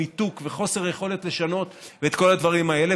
ניתוק וחוסר יכולת לשנות את כל הדברים האלה,